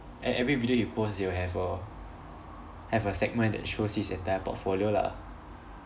e~ every video he post he will have a have a segment that shows his entire portfolio lah